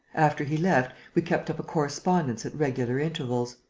after he left, we kept up a correspondence at regular intervals.